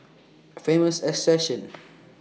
Famous assertion